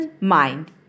mind